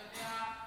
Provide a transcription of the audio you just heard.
אתה יודע,